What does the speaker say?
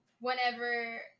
whenever